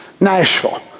Nashville